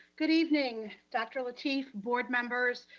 good evening, dr. lateef, board members,